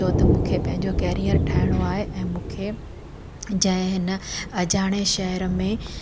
छो त मूंखे पंहिंजो केरिअर ठाहिणो आहे ऐं मूंखे जंहिं हिन अजाणे शहर में